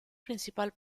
principal